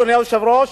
אדוני היושב-ראש,